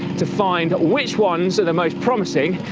to find which ones are the most promising,